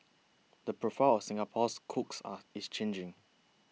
the profile of Singapore's cooks are is changing